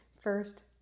First